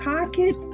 Pocket